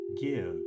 Give